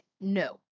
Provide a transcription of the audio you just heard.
no